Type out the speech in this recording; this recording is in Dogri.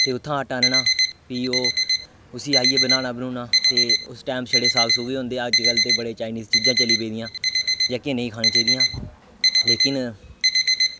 ते उत्थां आटा आह्नना फ्ही ओह् उस्सी आइयै बनाना बनुना ते ओह् उस टैम छड़े साग सुग ही होंदे हे ते अजकल्ल ते बड़े चाईनीज चीजां चली पेदियां जेह्कियां नेईं खानियां चाहिदियां लेकिन